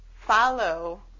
follow